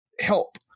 help